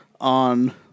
on